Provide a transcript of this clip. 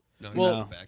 No